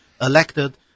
elected